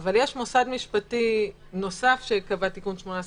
אבל יש מוסד משפטי נוסף שקבע תיקון 18,